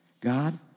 God